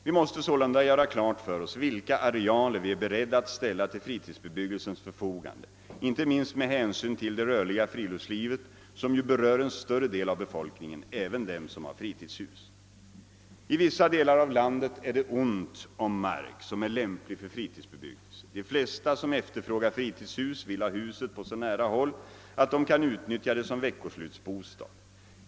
Vi måste sålunda göra klart för oss vilka arealer vi är beredda att ställa till fritidsbebyggelsens förfogande, inte minst med hänsyn till det rörliga friluftslivet som ju berör en större del av befolkningen — även dem som har fritidshus. I vissa delar av landet är det ont om mark som är lämplig för fritidsbebyggelse. De flesta som efterfrågar fritidshus vill ha huset på så nära håll, att de kan utnyttja det som veckoslutsbostad.